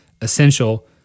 essential